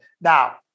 now